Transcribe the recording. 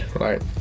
Right